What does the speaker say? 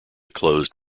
closed